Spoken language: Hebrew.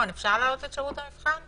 אפשר לתת לשירות המבחן להתייחס.